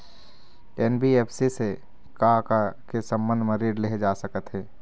NBFC से का का के संबंध म ऋण लेहे जा सकत हे?